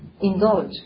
indulge